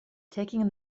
taking